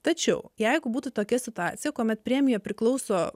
tačiau jeigu būtų tokia situacija kuomet premija priklauso